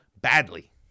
badly